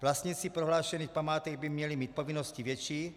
Vlastníci prohlášených památek by měli mít povinnost větší.